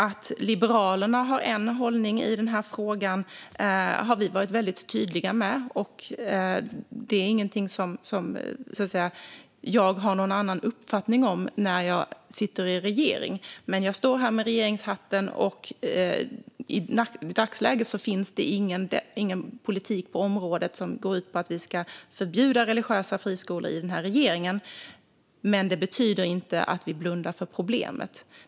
Att Liberalerna har en hållning i den här frågan har vi varit väldigt tydliga med. Detta är ingenting som jag har någon annan uppfattning om när jag sitter i regering. Men jag står här med regeringshatten, och i dagsläget finns det ingen politik på området som går ut på att denna regering ska förbjuda religiösa friskolor. Det betyder dock inte att vi blundar för problemet.